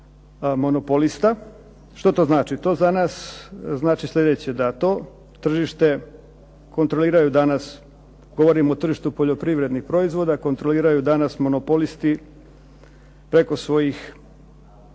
monopolista. Što to znači? To za nas znači sljedeće, da to tržište kontroliraju danas, govorim o tržištu poljoprivrednih proizvoda kontroliraju danas monopolisti preko svojih